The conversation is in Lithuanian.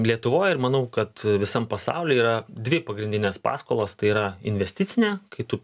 lietuvoj ir manau kad visam pasaul yra dvi pagrindinės paskolos tai yra investicinė kai tu